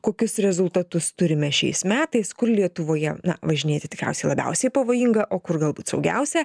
kokius rezultatus turime šiais metais kur lietuvoje na važinėti tikriausiai labiausiai pavojinga o kur galbūt saugiausia